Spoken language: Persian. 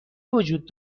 وجود